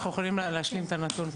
אנחנו יכולים להשלים את הנתון,